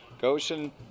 Goshen